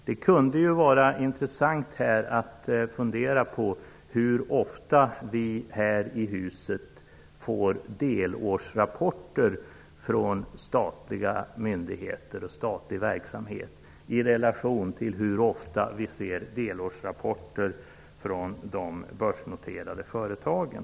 Det kunde vara intressant att fundera över hur ofta vi här i detta hus får delårsrapporter från statliga myndigheter och statlig verksamhet i relation till hur ofta vi ser delårsrapporter från de börsnoterade företagen.